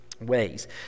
ways